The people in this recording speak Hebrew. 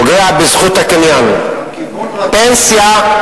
גם כיוון רקטות, פנסיה,